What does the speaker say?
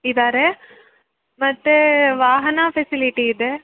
ಇದ್ದಾರೆ ಮತ್ತೆ ವಾಹನ ಫೆಸಿಲಿಟಿ ಇದೆ